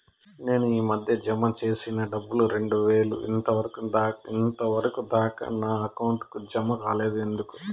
నేను ఈ మధ్య జామ సేసిన డబ్బులు రెండు వేలు ఇంతవరకు దాకా నా అకౌంట్ కు జామ కాలేదు ఎందుకు?